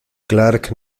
clark